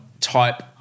type